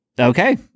Okay